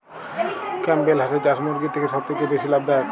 Campbell হাঁসের চাষ মুরগির থেকে সত্যিই কি বেশি লাভ দায়ক?